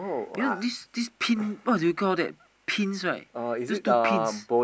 you know this this pin what do you call that pins right those two pins